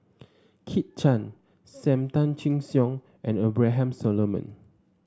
Kit Chan Sam Tan Chin Siong and Abraham Solomon